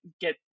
get